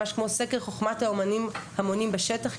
ממש כמו חוכמת המונים בשטח,